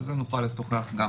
על זה נוכל לשוחח.